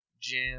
Jam